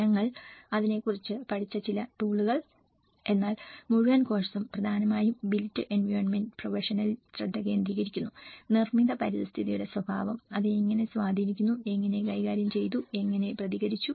ഞങ്ങൾ അതിനെക്കുറിച്ച് പഠിച്ച ചില ടൂളുകൾ എന്നാൽ മുഴുവൻ കോഴ്സും പ്രധാനമായും ബിൽറ്റ് എൻവിറോണ്മെന്റ് പ്രൊഫെഷനിൽ ശ്രദ്ധ കേന്ദ്രീകരിക്കുന്നു നിർമ്മിത പരിസ്ഥിതിയുടെ സ്വഭാവം അത് എങ്ങനെ സ്വാധീനിക്കുന്നു എങ്ങനെ കൈകാര്യം ചെയ്തു എങ്ങനെ പ്രതികരിച്ചു